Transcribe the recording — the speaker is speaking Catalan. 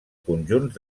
conjunts